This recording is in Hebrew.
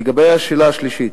לגבי השאלה השלישית,